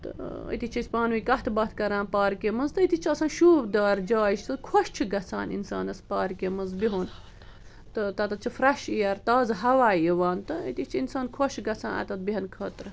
تہٕ أتی چھِ أسۍ پانہٕ ؤنۍ کتھ باتھ کران پارکہِ منٛز تہِ أتی چھِ آسان شوٗبدار جاے سُہ خۄش چھِ گژھان اِنسانس پارکہِ منٛز بِہُن تہٕ تتتھ چھِ فریش ایر تازٕ ہوا یِوان تہٕ أتِی چھُ اِنسان خۄش گژھان اتتھ بیٚہنہٕ خٲطرٕ